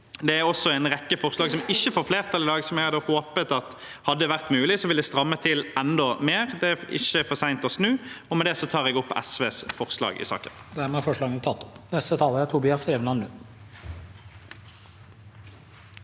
Det er også en rekke forslag som ikke får flertall i dag – som jeg hadde håpet hadde vært mulig – som ville strammet til enda mer. Det er ikke for sent å snu. Med det tar jeg opp de forslagene